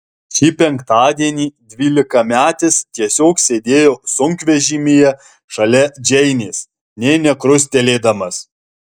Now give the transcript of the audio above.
šį penktadienį dvylikametis tiesiog sėdėjo sunkvežimyje šalia džeinės nė nekrustelėdamas